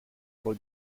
for